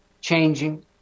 changing